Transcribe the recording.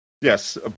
Yes